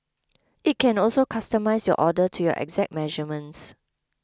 it can also customise your order to your exact measurements